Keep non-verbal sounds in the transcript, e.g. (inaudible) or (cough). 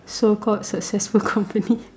so called successful (laughs) company